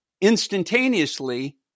instantaneously